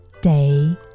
day